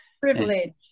Privilege